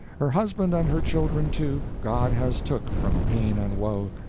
her husband and her children too, god has took from pain and woe.